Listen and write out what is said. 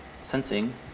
sensing